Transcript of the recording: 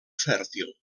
fèrtil